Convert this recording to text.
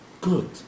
good